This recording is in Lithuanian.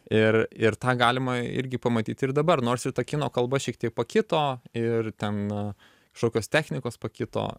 ir ir tą galima irgi pamatyti ir dabar nors ta kino kalba šiek tiek pakito ir ten kažkokios technikos pakito